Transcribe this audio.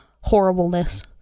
horribleness